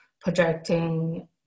projecting